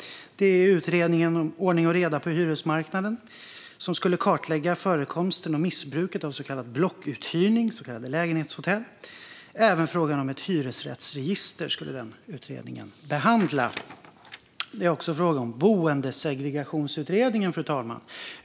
Den andra är utredningen om ordning och reda på hyresmarknaden, som skulle kartlägga förekomsten och missbruket av så kallad blockuthyrning och så kallade lägenhetshotell. Denna utredning skulle även behandla frågan om ett hyresrättsregister. Den tredje, fru talman, är utredningen om boendesegregation.